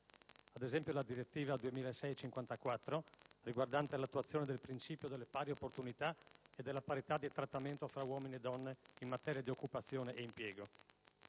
ad esempio, la direttiva 2006/54 riguardante l'attuazione del principio delle pari opportunità e della parità di trattamento tra uomini e donne in materia di occupazione e impiego.